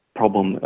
problem